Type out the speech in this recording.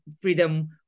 freedom